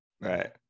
Right